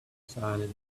silently